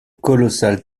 colossal